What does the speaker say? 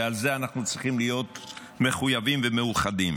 ועל זה אנחנו צריכים להיות מחויבים ומאוחדים.